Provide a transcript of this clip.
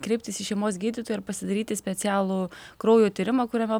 kreiptis į šeimos gydytoją ir pasidaryti specialų kraujo tyrimą kuriame